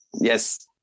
Yes